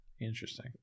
interesting